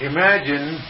Imagine